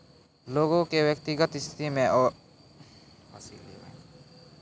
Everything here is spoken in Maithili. लोग के व्यक्तिगत स्थिति मे ओकरा हिसाब से कमाय हुवै छै